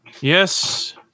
Yes